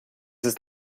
ist